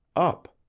up,